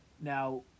Now